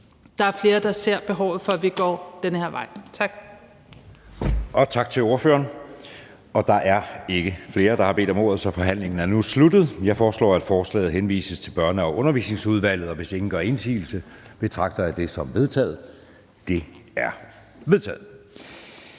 der er flere, der ser behovet for, at vi går den her vej. Tak. Kl. 20:04 Anden næstformand (Jeppe Søe): Tak til ordføreren. Der er ikke flere, der har bedt om ordet, så forhandlingen er sluttet. Jeg foreslår, at forslaget henvises til Børne- og Undervisningsudvalget, og hvis ingen gør indsigelse, betragter jeg det som vedtaget. Det er vedtaget.